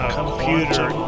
computer